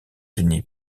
unis